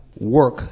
work